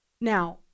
Now